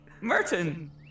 Merton